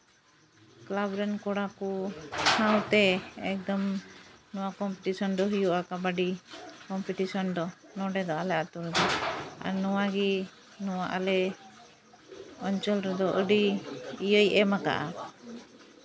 club ᱨᱮᱱ ᱠᱚᱲᱟ ᱠᱚ ᱥᱟᱶᱛᱮ ᱮᱠᱫᱚᱢ ᱱᱚᱣᱟ ᱠᱚᱢᱯᱤᱴᱤᱥᱚᱱ ᱫᱚ ᱦᱩᱭᱩᱜᱼᱟ ᱠᱟᱵᱟᱰᱤ ᱠᱚᱢᱯᱤᱴᱤᱥᱚᱱ ᱫᱚ ᱱᱚᱸᱰᱮ ᱫᱚ ᱟᱞᱮ ᱟᱹᱛᱩ ᱨᱮᱫᱚ ᱟᱨ ᱱᱚᱣᱟ ᱜᱮ ᱱᱚᱣᱟ ᱟᱞᱮ ᱚᱧᱪᱚᱞ ᱨᱮᱫᱚ ᱟᱹᱰᱤ ᱤᱭᱟᱹᱭ ᱮᱢ ᱠᱟᱜᱼᱟ